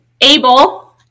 able